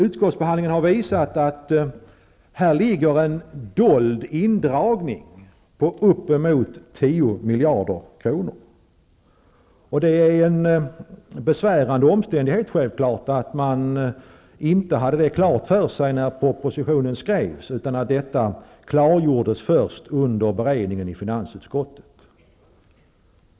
Utskottsbehandlingen har visat att det i detta sammanhang finns en dold indragning på upp emot 10 miljarder kronor. Det är självfallet en besvärande omständighet att man inte hade det klart för sig när propositionen skrevs. Detta klargjordes först under beredningen i finansutskottet.